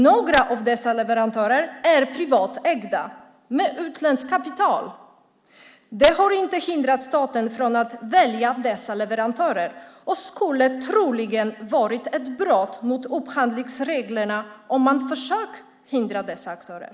Några av dessa leverantörer är privatägda med utländskt kapital. Det har inte hindrat staten från att välja dessa leverantörer och skulle troligen ha varit ett brott mot upphandlingsreglerna om man försökt förhindra dessa aktörer."